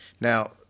Now